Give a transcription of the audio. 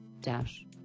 Dash